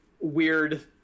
weird